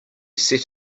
set